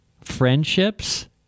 friendships